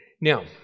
Now